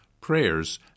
prayers